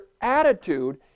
attitude